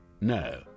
No